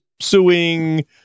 suing